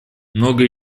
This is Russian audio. многое